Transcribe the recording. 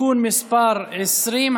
(תיקון מספר 20),